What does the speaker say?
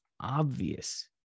obvious